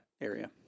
area